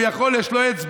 הוא יכול, יש לו אצבע.